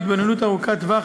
בהתבוננות ארוכת טווח,